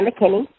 McKinney